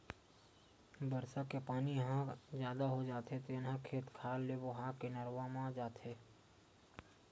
बरसा के पानी ह जादा हो जाथे तेन ह खेत खार ले बोहा के नरूवा म जाथे